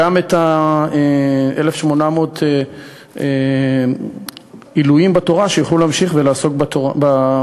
גם את 1,800 העילויים בתורה שיוכלו להמשיך ולעסוק בלימוד.